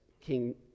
King